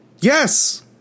Yes